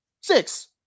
Six